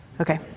Okay